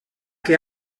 che